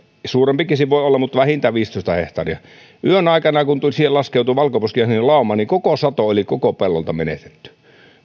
suurempikin se voi olla mutta vähintään viisitoista hehtaaria yön aikana kun siihen laskeutui valkoposkihanhien lauma koko sato oli koko pellolta menetetty